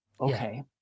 Okay